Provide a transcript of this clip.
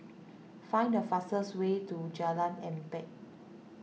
find the fastest way to Jalan Empat